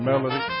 Melody